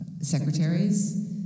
secretaries